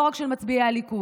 לא רק של מצביעי הליכוד,